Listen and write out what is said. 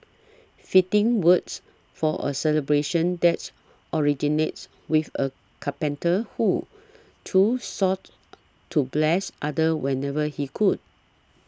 fitting words for a celebration that originates with a carpenter who too sought to bless others whenever he could